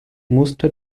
musste